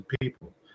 people